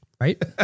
Right